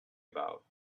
about